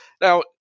Now